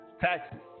taxes